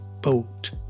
boat